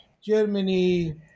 Germany